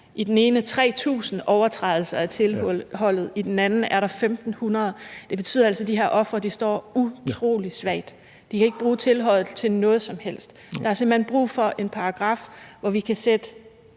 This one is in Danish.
i den ene er 3.000 overtrædelser af tilholdet og i den anden er 1.500. Det betyder altså, at de her ofre står utrolig svagt; de kan ikke bruge tilholdet til noget som helst. Der er simpelt hen brug for en paragraf, hvor vi kan sætte